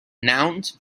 nouns